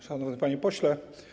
Szanowny Panie Pośle!